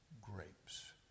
grapes